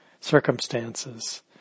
circumstances